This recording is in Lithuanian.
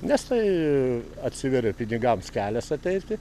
nes taaai atsiveria pinigams kelias ateiti